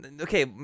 Okay